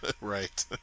Right